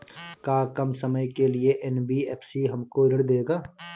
का कम समय के लिए एन.बी.एफ.सी हमको ऋण देगा?